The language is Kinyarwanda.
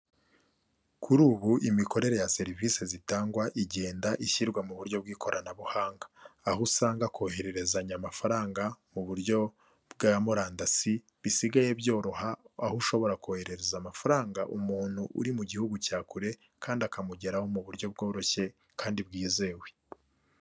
Kuri ubu imikorere ya serivisi zitangwa igenda ishyirwa mu buryo bw'ikoranabuhanga, aho usanga kohererezanya amafaranga mu buryo bwa murandasi bisigaye byoroha aho ushobora kohererereza amafaranga umuntu uri mu gihugu cya kure kandi akamugeraho mu buryo bworoshye kandi bwizewe.